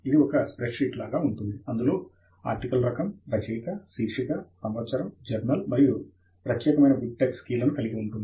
ఇది ఒక spread sheet లాగా ఉంటుంది అందులో ఆర్టికల్ రకం రచయిత శీర్షిక సంవత్సరం జర్నల్ మరియు ప్రత్యేకమైన బిబ్టెక్స్ కీ లను కలిగి ఉంటుంది